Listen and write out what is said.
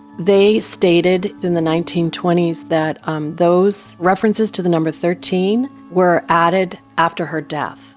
they stated, in the nineteen twenty s, that um those references to the number thirteen were added after her death